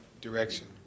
direction